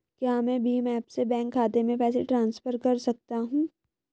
क्या मैं भीम ऐप से बैंक खाते में पैसे ट्रांसफर कर सकता हूँ?